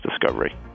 discovery